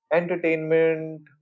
entertainment